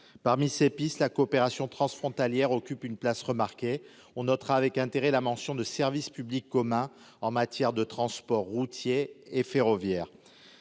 parmi ces pistes, la coopération transfrontalière occupe une place remarquée, on notera avec intérêt la mention de service public communs en matière de transport routier et ferroviaire,